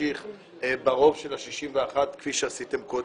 להמשיך ברוב של 61 כמו שעשיתם קודם.